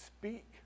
speak